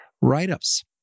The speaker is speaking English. write-ups